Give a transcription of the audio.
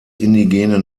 indigene